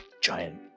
giant